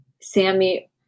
Sammy